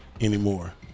anymore